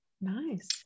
Nice